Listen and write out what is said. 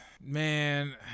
man